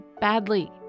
badly